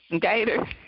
Gator